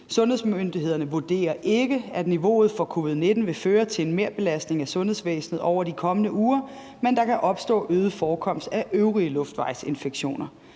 Sundhedsmyndighederne vurderer ikke, at niveauet for covid-19 vil føre til en merbelastning af sundhedsvæsenet over de kommende uger, men der kan opstå en øget forekomst af øvrige luftvejsinfektioner.